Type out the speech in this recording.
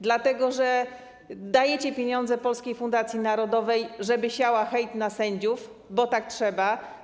Dlatego że dajecie pieniądze Polskiej Fundacji Narodowej, żeby siała hejt na sędziów, bo tak trzeba.